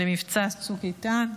למבצע צוק איתן,